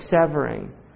severing